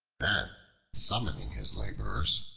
then summoning his laborers,